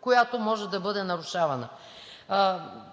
която може да бъде нарушавана.